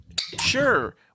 sure